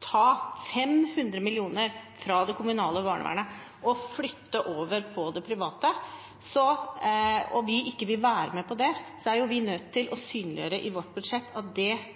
ta 500 mill. kr fra det kommunale barnevernet og flytte over til det private og vi ikke vil være med på det, er vi nødt til å synliggjøre i vårt budsjett at det